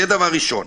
זה דבר ראשון.